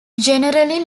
generally